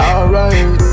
Alright